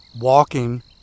walking